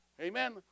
Amen